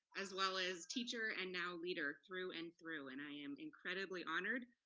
as well as teacher, and now leader, through and through. and i am incredibly honored,